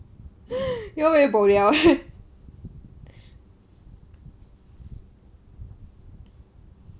you all very boliao